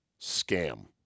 scam